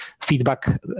feedback